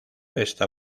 esta